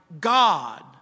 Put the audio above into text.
God